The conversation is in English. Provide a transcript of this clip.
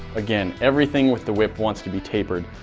again, everything with the whip wants to be tapered.